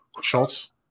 Schultz